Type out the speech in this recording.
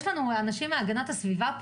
יש כאן אנשים מהגנת הסביבה?